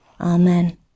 Amen